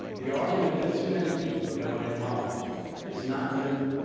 the argument that too many people are going to college is not new.